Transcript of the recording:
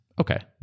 Okay